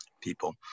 people